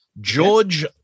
George